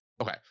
Okay